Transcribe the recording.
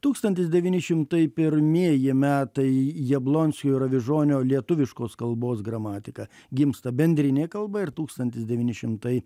tūkstantis devyni šimtai pirmieji metai jablonskio ir avižonio lietuviškos kalbos gramatika gimsta bendrinė kalba ir tūkstantis devyni šimtai